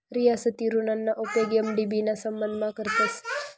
रियासती ऋणना उपेग एम.डी.बी ना संबंधमा करतस